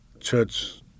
church